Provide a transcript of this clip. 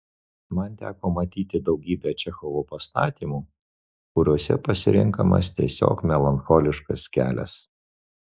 man teko matyti daugybę čechovo pastatymų kuriuose pasirenkamas tiesiog melancholiškas kelias